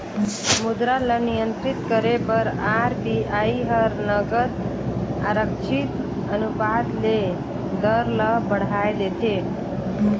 मुद्रा ल नियंत्रित करे बर आर.बी.आई हर नगद आरक्छित अनुपात ले दर ल बढ़ाए देथे